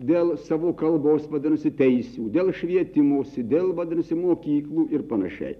dėl savo kalbos vadinasi teisių dėl švietimosi dėl vadinasi mokyklų ir panašiai